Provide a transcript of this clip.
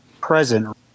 present